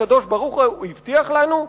הקדוש-ברוך-הוא הבטיח לנו,